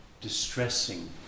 distressing